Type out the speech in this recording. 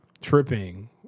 tripping